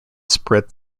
spread